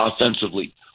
Offensively